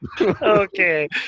Okay